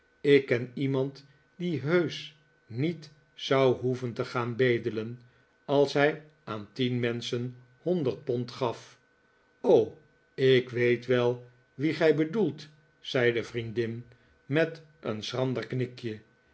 ik ken iemand die heusch niet zou hoeven te gaan bedelen als hij aan tien menschen honderd pond gaf ik weet wel wien gij bedoelt zei de vriendin met een schrander knikje